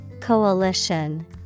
Coalition